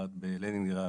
אחת בלנינגרד,